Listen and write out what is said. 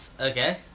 Okay